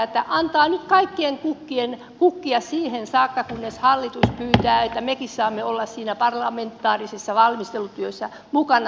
antaa nyt kaikkien kukkien kukkia siihen saakka kunnes hallitus pyytää että mekin saamme olla siinä parlamentaarisessa valmistelutyössä mukana